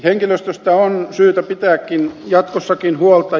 henkilöstöstä on syytä pitääkin jatkossakin huolta